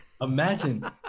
imagine